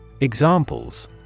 Examples